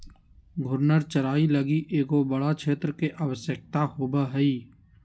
घूर्णन चराई लगी एगो बड़ा क्षेत्र के आवश्यकता होवो हइ